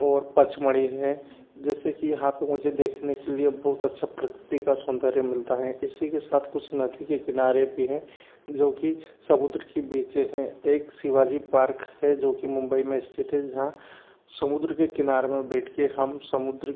और पचमढ़ी है जैसे कि यहाँ पर मुझे देखने के लिए बहुत अच्छा प्रगति का सौंदर्य मिलता है इसी के साथ कुछ नदी के किनारे भी हैं जो की समुद्र की बेचे हैं एक शिवाजी पार्क है जो कि मुंबई में स्थित है जहाँ समुद्र के किनारे में बैठकर हम समुद्र